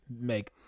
make